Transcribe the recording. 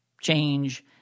change